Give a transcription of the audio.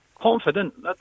Confident